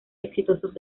exitosos